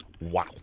Wow